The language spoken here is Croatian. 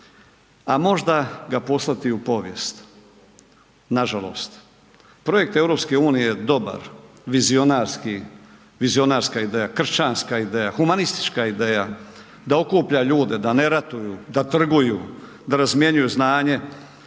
a možda ga poslati u povijest nažalost. Projekt EU-a je dobar, vizionarska ideja, kršćanska ideja, humanistička ideja da okuplja ljude, da ne ratuju, da trguju, da razmjenjuju znanje